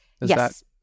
Yes